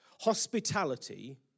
hospitality